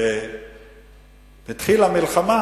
והתחילה מלחמה